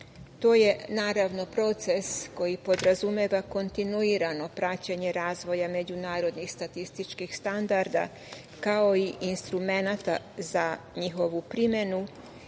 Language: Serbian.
EU.To je proces koji podrazumeva kontinuirano praćenje razvoja međunarodnih statističkih standarda, kao i instrumenata za njihovu primenu,